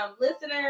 listeners